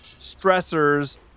stressors